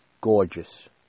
Gorgeous